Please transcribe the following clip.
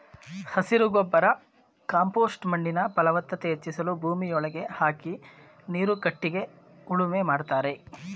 ಹಸಿರು ಗೊಬ್ಬರ ಕಾಂಪೋಸ್ಟ್ ಮಣ್ಣಿನ ಫಲವತ್ತತೆ ಹೆಚ್ಚಿಸಲು ಭೂಮಿಯೊಳಗೆ ಹಾಕಿ ನೀರು ಕಟ್ಟಿಗೆ ಉಳುಮೆ ಮಾಡ್ತರೆ